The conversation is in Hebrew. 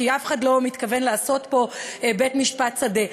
כי אף אחד לא מתכוון לעשות פה בית-משפט שדה.